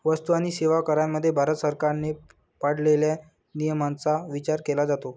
वस्तू आणि सेवा करामध्ये भारत सरकारने पाळलेल्या नियमांचा विचार केला जातो